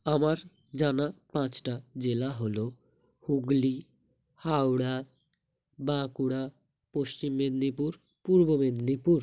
আমার জানা পাঁচটা জেলা হলো হুগলি হাওড়া বাঁকুড়া পশ্চিম মেদিনীপুর পূর্ব মেদিনীপুর